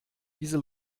diese